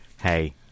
hey